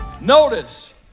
notice